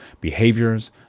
behaviors